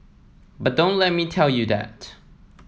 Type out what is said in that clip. but don't let me tell you that